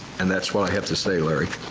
and that's what i have to say, larry.